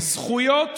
זכויות